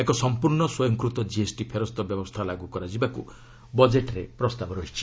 ଏକ ସମ୍ପୂର୍ଣ୍ଣ ସ୍ୱୟଂକୃତ କିଏସ୍ଟି ଫେରସ୍ତ ବ୍ୟବସ୍ଥା ଲାଗୁ କରାଯିବାକୁ ବଜେଟ୍ରେ ପ୍ରସ୍ତାବ ରହିଛି